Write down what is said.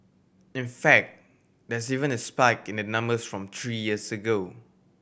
in fact there's even a spike in the numbers from three years ago